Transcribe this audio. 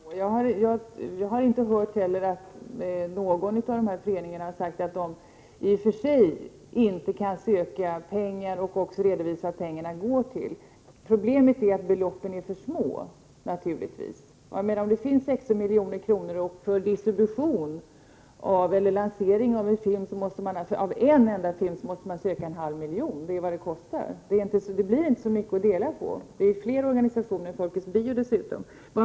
Herr talman! Jag tror inte heller att detta är den väg man skall gå. Jag har inte hört någon representant för dessa föreningar säga att de i och för sig inte kan söka pengar och också redovisa vad dessa pengar används till. Problemet är naturligtvis att beloppen är för små. Det finns kanske 60 milj.kr. att ansöka om, och för distribution och lansering av en enda film måste man söka en halv miljon — det är vad det kostar. Det blir inte så mycket att dela på. Det finns dessutom fler organisationer än Folkets Bio.